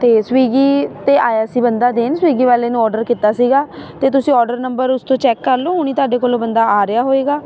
ਅਤੇ ਸਵੀਗੀ 'ਤੇ ਆਇਆ ਸੀ ਬੰਦਾ ਦੇਣ ਸਵਿਗੀ ਵਾਲੇ ਨੂੰ ਔਡਰ ਕੀਤਾ ਸੀਗਾ ਅਤੇ ਤੁਸੀਂ ਔਡਰ ਨੰਬਰ ਉਸ ਤੋਂ ਚੈੱਕ ਕਰ ਲਉ ਹੁਣ ਤੁਹਾਡੇ ਕੋਲ ਉਹ ਬੰਦਾ ਆ ਰਿਹਾ ਹੋਏਗਾ